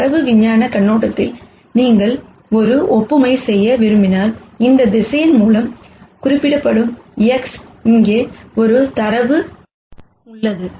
எனவே டேட்டா விஞ்ஞான கண்ணோட்டத்தில் நீங்கள் ஒரு ஒப்புமை செய்ய விரும்பினால் இந்த வெக்டார் மூலம் குறிப்பிடப்படும் X இங்கே ஒரு டேட்டா உள்ளது